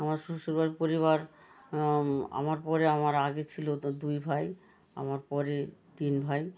আমার শ্বশুরবাড়ির পরিবার আমার পরে আমার আগে ছিল তো দুই ভাই আমার পরে তিন ভাই